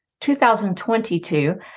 2022